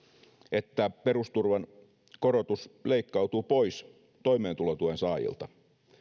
että perusturvan korotus leikkautuu pois toimeentulotuen saajilta